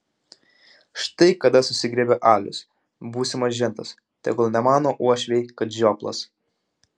štai kada susigriebia alius būsimas žentas tegul nemano uošviai kad žioplas